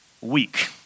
week